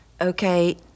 Okay